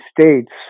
States